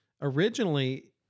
Originally